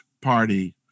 party